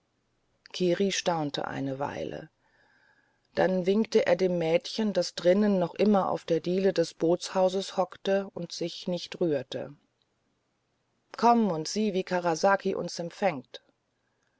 kiri staunte eine weile dann winkte er dem mädchen das drinnen noch immer auf der diele des boothauses hockte und sich nicht rührte komm und sieh wie karasaki uns empfängt